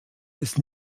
des